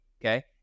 Okay